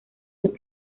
los